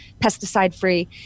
pesticide-free